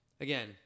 again